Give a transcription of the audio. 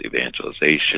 evangelization